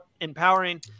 empowering